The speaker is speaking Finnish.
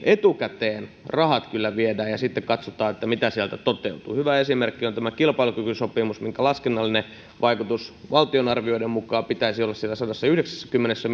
etukäteen kyllä viedään ja sitten katsotaan mitä sieltä toteutuu hyvä esimerkki on tämä kilpailukykysopimus minkä laskennallisen vaikutuksen valtion arvioiden mukaan pitäisi olla siellä sadassayhdeksässäkymmenessä